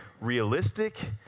realistic